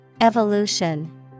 Evolution